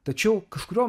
tačiau kažkuriuo